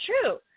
true